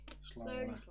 Slowly